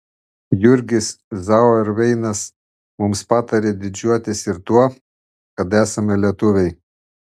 jurgis zauerveinas mums patarė didžiuotis ir tuo kad esame lietuviai